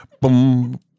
boom